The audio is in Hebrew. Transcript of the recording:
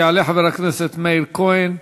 יעלה חבר הכנסת מאיר כהן,